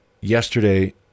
Yesterday